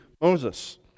Moses